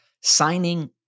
signing